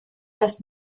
das